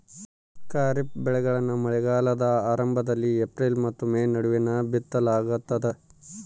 ಖಾರಿಫ್ ಬೆಳೆಗಳನ್ನ ಮಳೆಗಾಲದ ಆರಂಭದಲ್ಲಿ ಏಪ್ರಿಲ್ ಮತ್ತು ಮೇ ನಡುವೆ ಬಿತ್ತಲಾಗ್ತದ